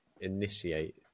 initiate